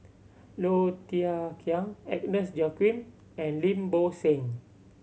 Low Thia Khiang Agnes Joaquim and Lim Bo Seng